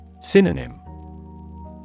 Synonym